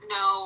no